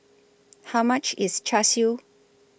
How much IS Char Siu